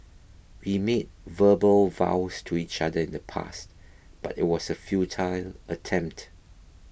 we made verbal vows to each other in the past but it was a futile attempt